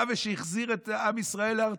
שהחזיר את עם ישראל לארצו,